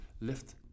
lift